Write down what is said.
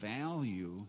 value